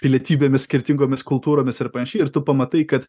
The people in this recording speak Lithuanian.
pilietybėmis skirtingomis kultūromis ir panašiai ir tu pamatai kad